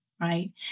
right